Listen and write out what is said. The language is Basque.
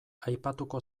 aipatuko